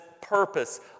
purpose